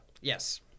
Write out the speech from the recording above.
Yes